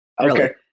Okay